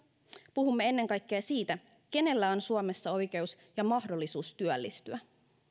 puhumme ennen kaikkea siitä kenellä on suomessa oikeus ja mahdollisuus työllistyä